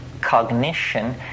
cognition